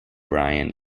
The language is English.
brian